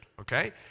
Okay